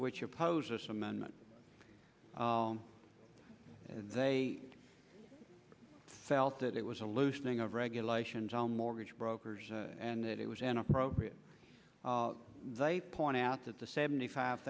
which oppose this amendment and they felt that it was a loosening of regulations on mortgage brokers and that it was an appropriate they point out that the seventy five